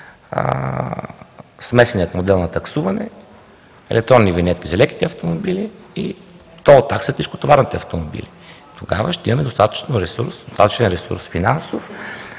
смесеният модел на таксуване – електронни винетки за леките автомобили и тол такси за тежкотоварните автомобили. Тогава ще имаме достатъчно финансов ресурс за